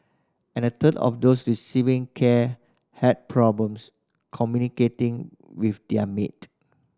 and a third of those receiving care had problems communicating with their maid